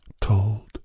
told